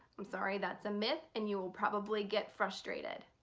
i'm sorry that's a myth, and you will probably get frustrated.